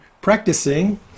practicing